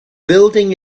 building